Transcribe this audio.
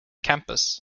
campus